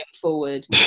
forward